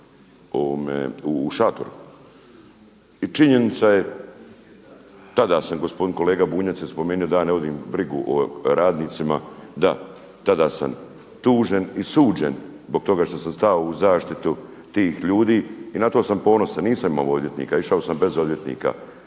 u šatoru. I činjenica je, tada sam, gospodin kolega Bunjac je spomenuo da ja ne vodim brigu o radnicima, da tada sam tužen i suđen zbog toga što sam stao u zaštitu tih ljudi i na to sam ponosan. Nisam imao odvjetnika, išao sam bez odvjetnika